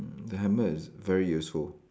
mm the hammer is very useful